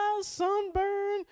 sunburn